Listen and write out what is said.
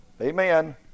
Amen